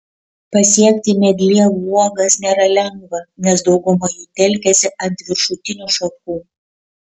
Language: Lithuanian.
pasiekti medlievų uogas nėra lengva nes dauguma jų telkiasi ant viršutinių šakų